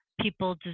people